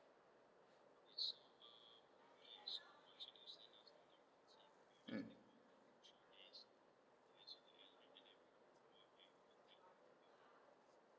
mm